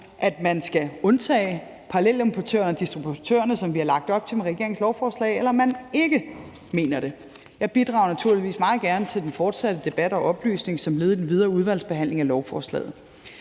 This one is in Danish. at man skal undtage parallelimportørerne og -distributørerne, som vi har lagt op til med regeringens lovforslag, eller om man ikke mener det. Jeg bidrager naturligvis meget gerne til den fortsatte debat og oplysning som led i den videre udvalgsbehandling af lovforslaget.